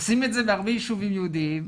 עושים את זה בהרבה יישובים יהודים.